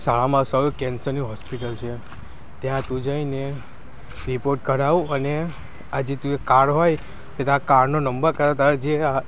સારામાં સારી કેન્સરની હોસ્પિટલ છે ત્યાં તું જઈને રિપોટ કઢાવ અને આ જે તું એ કાડ હોય તારાં કાર્ડનો નંબર કાં તો તારા જે આ